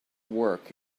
work